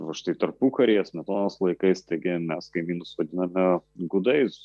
o štai tarpukaryje smetonos laikais taigi mes kaimynus vadinome gudais